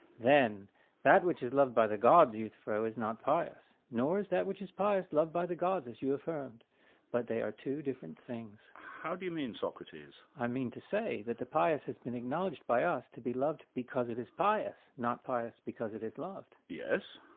then that which is loved by the gods, euthyphro, is not pious, nor is that which is pious loved by gods as you affirm but they are two different things. how do you mean, socrates? i mean to say that the pious has been acknowledged by us to be loved because it is pious, not pious because it is loved. yes.